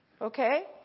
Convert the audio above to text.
okay